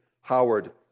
Howard